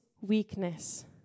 weakness